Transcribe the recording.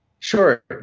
Sure